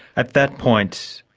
at that point,